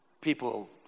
people